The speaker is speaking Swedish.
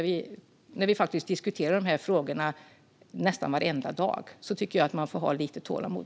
Vi diskuterar dessutom dessa frågor nästan varenda dag, och jag tycker därför att man faktiskt kan ha lite tålamod.